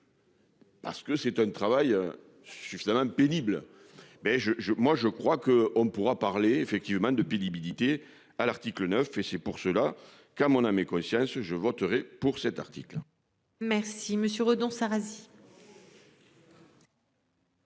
Parce que c'est un travail suffisamment pénible mais je je moi je crois que on pourra parler effectivement de pénibilité à l'article 9 et c'est pour cela qu'à mon âme et conscience, je voterai pour cet article. Merci monsieur Redon Arazi.